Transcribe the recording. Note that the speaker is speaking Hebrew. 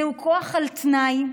זהו כוח על תנאי.